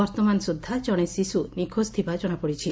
ବର୍ତ୍ତମାନ ସୁଦ୍ଧା ଜଣେ ଶିଶୁ ନିଖୋଜ ଥିବା ଜଶାପଡ଼ିଛି